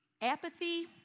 Apathy